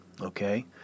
Okay